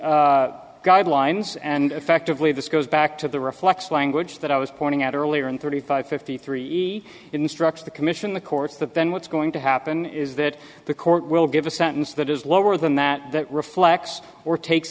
the guidelines and effectively this goes back to the reflects language that i was pointing out earlier in thirty five fifty three instructs the commission the courts that then what's going to happen is that the court will give a sentence that is lower than that that reflects or takes